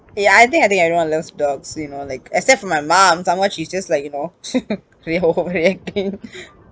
eh I think I think everyone loves dogs you know like except for my mum somewhat she's just like you know re~ overreacting